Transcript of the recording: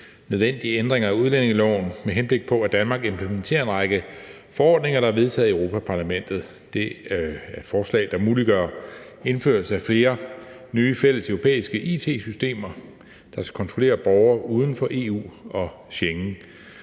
nødvendige ændringer af udlændingeloven, med henblik på at Danmark implementerer en række forordninger, der er vedtaget i Europa-Parlamentet, og som muliggør indførelse af flere nye fælles europæiske it-systemer, der skal kontrollere borgere uden for EU og Schengen.